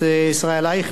חבר הכנסת אחמד טיבי,